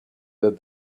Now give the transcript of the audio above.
that